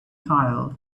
tile